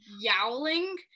Yowling